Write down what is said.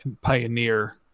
pioneer